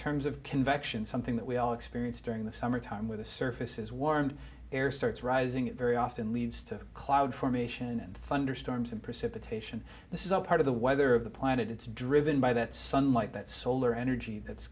terms of convection something that we all experience during the summertime where the surface is warm air starts rising very often leads to cloud formation and thunderstorms and precipitation this is all part of the weather of the planet it's driven by that sunlight that solar energy that's